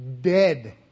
dead